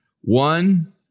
One